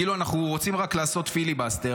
כאילו אנחנו רוצים רק לעשות פיליבסטר.